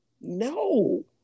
no